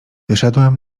wyszedłem